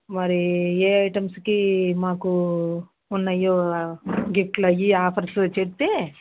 మరి ఏ ఐటమ్స్కి మాకు ఉన్నయో గిఫ్ట్లు అయ్యి ఆఫర్స్ చెప్తే